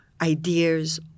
ideas